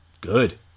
good